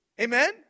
Amen